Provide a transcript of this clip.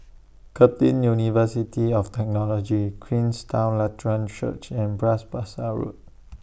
Curtin University of Technology Queenstown Lutheran Church and Bras Basah Road